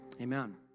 amen